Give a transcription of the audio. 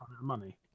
money